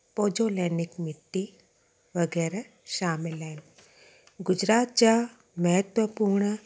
pozzolanic मिटी वग़ैरह शामिलु आहिनि गुजरात जा महत्वपूर्ण